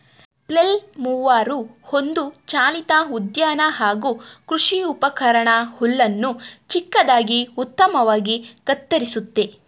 flail mower ಒಂದು ಚಾಲಿತ ಉದ್ಯಾನ ಹಾಗೂ ಕೃಷಿ ಉಪಕರಣ ಹುಲ್ಲನ್ನು ಚಿಕ್ಕದಾಗಿ ಉತ್ತಮವಾಗಿ ಕತ್ತರಿಸುತ್ತೆ